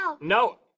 No